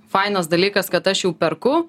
fainas dalykas kad aš perku